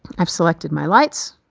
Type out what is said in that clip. i've selected my lights,